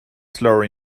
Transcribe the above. slower